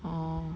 orh